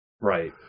Right